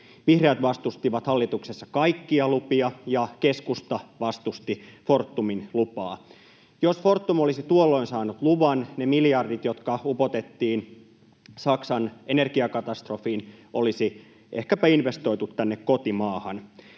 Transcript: Vihreät vastustivat hallituksessa kaikkia lupia, ja keskusta vastusti Fortumin lupaa. Jos Fortum olisi tuolloin saanut luvan, ne miljardit, jotka upotettiin Saksan energiakatastrofiin, olisi ehkäpä investoitu tänne kotimaahan.